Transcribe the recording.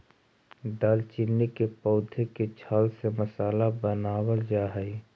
दालचीनी के पौधे के छाल से मसाला बनावाल जा हई